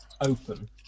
open